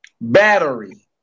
battery